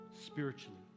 spiritually